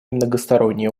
многосторонние